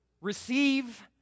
receive